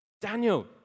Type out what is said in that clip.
Daniel